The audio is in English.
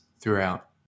throughout